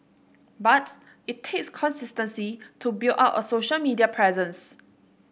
but it takes consistency to build up a social media presence